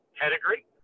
pedigree